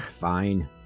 fine